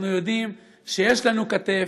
אנחנו יודעים שיש לנו כתף,